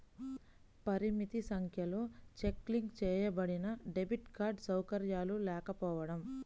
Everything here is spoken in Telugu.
పరిమిత సంఖ్యలో చెక్ లింక్ చేయబడినడెబిట్ కార్డ్ సౌకర్యాలు లేకపోవడం